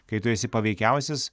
kai tu esi paveikiausias